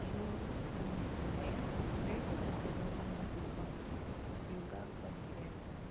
जियो हें इंटरनेट खरेंच सगळ्या लोकांक उपयोपाक उपयोगाक पडलेलें आसा